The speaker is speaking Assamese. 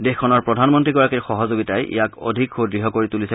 দেশখনৰ প্ৰধানমন্ত্ৰীগৰাকীৰ সহযোগিতাই ইয়াক আৰু অধিক সুদৃঢ় কৰি তুলিছে